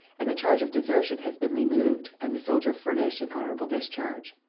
and the charge of desertion has been removed and the soldier furnished an honorable discharge.